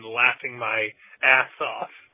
laughing-my-ass-off